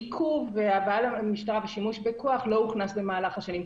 עיכוב והבאה למשטרה ושימוש בכוח לא הוכנסו במהלך השנים.